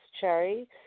Cherry